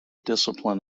discipline